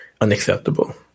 unacceptable